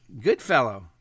Goodfellow